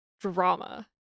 drama